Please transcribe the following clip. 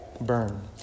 Burn